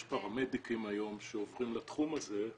יש פרמדיקים היום שעוברים לתחום הזה,